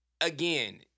again